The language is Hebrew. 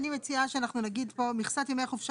אני מציעה שאנחנו נגיד פה "מכסת ימי חופשה